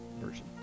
version